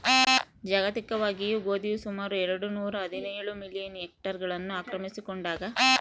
ಜಾಗತಿಕವಾಗಿ ಗೋಧಿಯು ಸುಮಾರು ಎರೆಡು ನೂರಾಹದಿನೇಳು ಮಿಲಿಯನ್ ಹೆಕ್ಟೇರ್ಗಳನ್ನು ಆಕ್ರಮಿಸಿಕೊಂಡಾದ